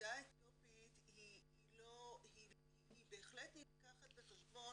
העדה האתיופית בהחלט נלקחת בחשבון